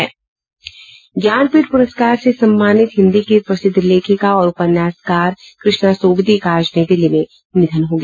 ज्ञानपीठ पुरस्कार से सम्मानित हिन्दी की प्रसिद्ध लेखिका और उपन्यासकार कृष्णा सोबती का आज नई दिल्ली में निधन हो गया